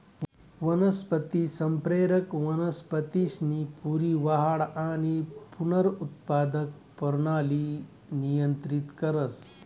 वनस्पती संप्रेरक वनस्पतीसनी पूरी वाढ आणि पुनरुत्पादक परणाली नियंत्रित करस